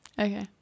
Okay